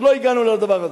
עוד לא הגענו לדבר הזה.